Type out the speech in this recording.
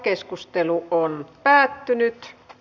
keskustelu päättyi